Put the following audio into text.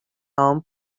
home